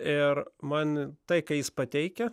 ir man tai ką jis pateikia